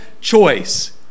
choice